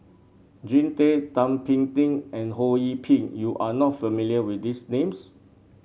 Jean Tay Thum Ping Tjin and Ho Yee Ping you are not familiar with these names